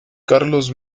carlos